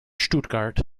stuttgart